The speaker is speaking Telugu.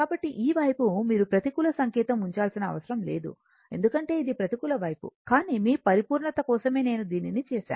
కాబట్టి ఈ వైపు మీరు ప్రతికూల సంకేతం ఉంచాల్సిన అవసరం లేదు ఎందుకంటే ఇది ప్రతికూల వైపు కానీ మీ పరిపూర్ణత కోసమే నేను దీనిని చేసాను